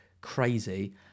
crazy